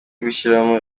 gushyiramo